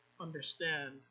understand